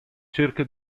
cerca